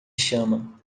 chama